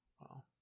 Wow